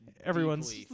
Everyone's